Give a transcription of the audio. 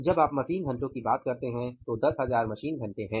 जब आप मशीन घंटों की बात करते हैं तो 10000 मशीन घंटे हैं